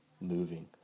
moving